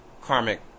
karmic